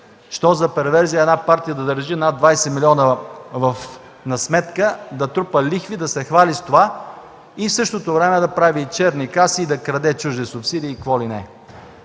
Що за перверзия е партия да държи 20 млн. лв. на сметка, да трупа лихви и да се хвали с това, а в същото време да прави черни каси, да краде чужди субсидии и какво ли не?